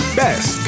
best